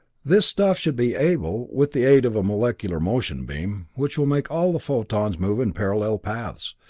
this stuff should be able, with the aid of a molecular motion beam, which will make all the photons move in parallel paths,